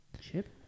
Chip